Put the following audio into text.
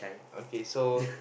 okay so